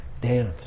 dance